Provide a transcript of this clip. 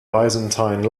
byzantine